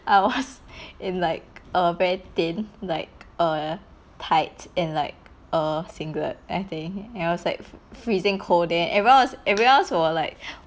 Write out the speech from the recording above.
I was in like a very thin like uh tights in like a singlet I think and I was like freezing cold there everyone was everyone else were like